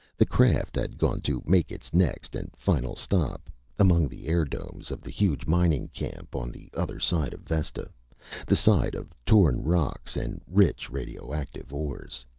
the craft had gone to make its next and final stop among the air-domes of the huge mining camp on the other side of vesta the side of torn rocks and rich radioactive ores.